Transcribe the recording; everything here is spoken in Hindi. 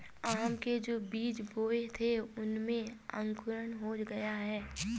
आम के जो बीज बोए थे उनमें अंकुरण हो गया है